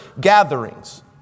gatherings